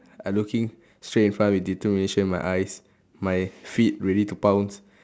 I looking straight in front with determination in my eyes my feet ready to pounce